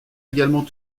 également